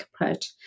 approach